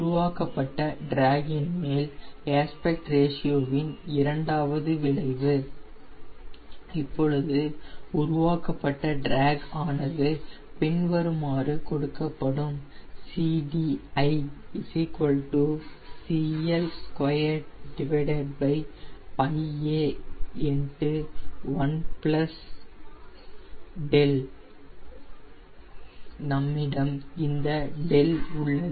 உருவாக்கப்பட்ட டிராக் மேல் ஏஸ்பக்ட் ரேஷியோவின் இரண்டாவது விளைவு இப்பொழுது உருவாக்கப்பட்ட டிராக் ஆனது பின்வருமாறு கொடுக்கப்படும் CDi CL2πA 1 δ நம்மிடம் இந்த δ உள்ளது